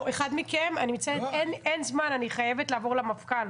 אחד מכם, טיבי או אוסאמה, אני חייבת לעבור למפכ"ל.